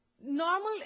Normal